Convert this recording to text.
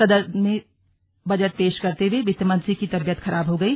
सदन में बजट पेश करते हए वित्त मंत्री की तबीयत खराब हो गई